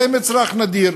זה מצרך נדיר,